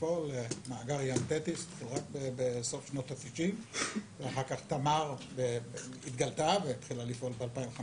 מאגר ים טטיס בסוף שנות ה-90 ואחר כך תמר התגלתה והתחילה לפעול ב-2015